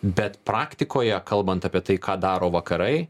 bet praktikoje kalbant apie tai ką daro vakarai